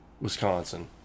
Wisconsin